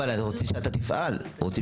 אבל רוצים שהוא יפעל.